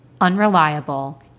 unreliable